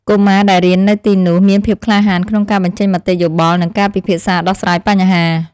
កុមារដែលរៀននៅទីនោះមានភាពក្លាហានក្នុងការបញ្ចេញមតិយោបល់និងការពិភាក្សាដោះស្រាយបញ្ហា។